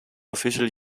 official